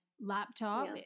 laptop